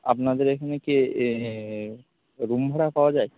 আপনাদের এখানে কি রুম ভাড়া পাওয়া যায়